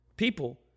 People